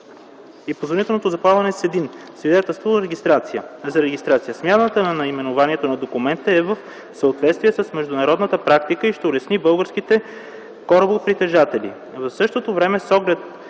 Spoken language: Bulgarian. и позволителното за плаване, с един – свидетелство за регистрация. Смяната на наименованието на документа е в съответствие с международната практика и ще улесни българските корабопритежатели.